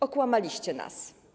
Okłamaliście nas.